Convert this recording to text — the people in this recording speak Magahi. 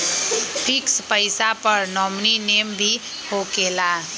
फिक्स पईसा पर नॉमिनी नेम भी होकेला?